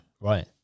right